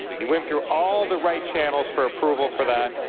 he went through all the right channels for approval for that,